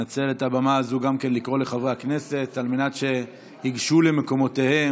ננצל את הבמה הזאת גם לקרוא לחברי הכנסת על מנת שייגשו למקומותיהם,